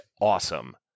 awesome